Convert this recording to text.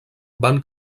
van